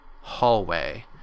hallway